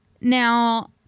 Now